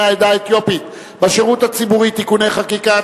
העדה האתיופית בשירות הציבורי (תיקוני חקיקה),